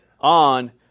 on